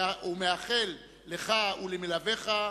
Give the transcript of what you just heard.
ומאחל לך ולמלוויך,